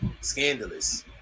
scandalous